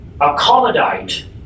accommodate